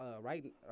right